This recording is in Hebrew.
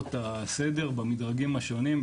הפרות סדר במדרגים השונים,